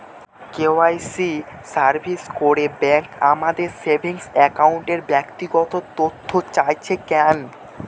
KYC survey করে bank আমাদের saving অ্যাকাউন্টের ব্যক্তিগত তথ্য চাইছে কেন?